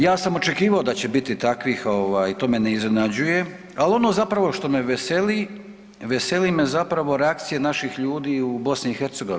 Ja sam očekivao da će biti takvih ovaj i to me ne iznenađuje, al ono zapravo što me veseli, veseli me zapravo reakcije naših ljudi u BiH.